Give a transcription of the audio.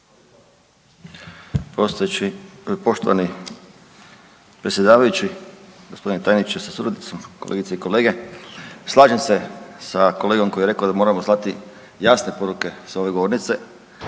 Poštovani predsjedavajući, gospodine tajniče sa suradnicom, kolegice i kolege. Slažem se sa kolegom koji je rekao da moramo slati jasne poruke s ove govornice